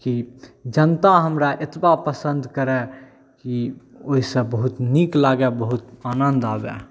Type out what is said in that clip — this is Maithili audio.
कि जनता हमरा एतबा पसिन करय कि ओहिसँ बहुत नीक लागय बहुत आनन्द आबय